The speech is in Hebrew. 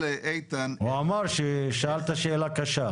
הוא אמר שאלת שאלה קשה.